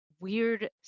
weird